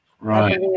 Right